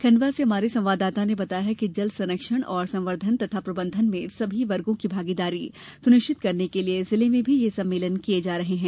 खंडवा से हमारे संवाददाता ने बताया है कि जल संरक्षण संवद्वर्न और प्रबंधन में सभी वर्गों की भागीदारी सुनिश्चित करने के लिये जिले में भी यह सम्मेलन किये जा रहे हैं